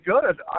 good